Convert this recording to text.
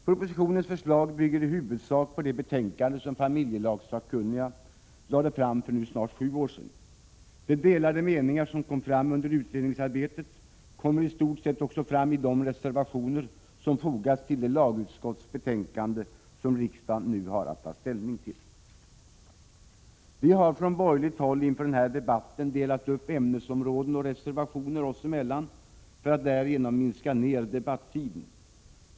Propositionens förslag bygger i huvudsak på det betänkande som familjelagssakkunniga lade fram för nu snart sju år sedan. De delade meningar som kom fram under utredningsarbetet kommer i stort sett också fram i de reservationer som fogats till det lagutskottsbetänkande som riksdagen nu har att ta ställning till. Vi har från borgerligt håll inför den här debatten delat upp ämnesområden och reservationer oss emellan för att därigenom minska ner debattiden.